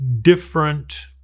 different